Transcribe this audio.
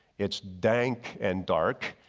it's dank and dark.